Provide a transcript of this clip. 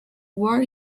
war